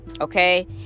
Okay